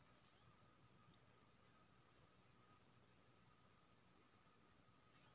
रामदानाक बियामे पोषक तत्व बेसगर होइत छै